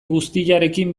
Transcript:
guztiarekin